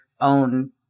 own